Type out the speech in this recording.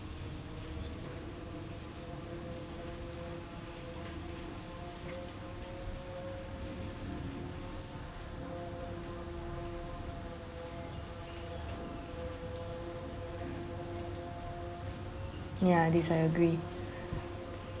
ya this I agree